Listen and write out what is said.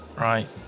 Right